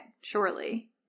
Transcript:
surely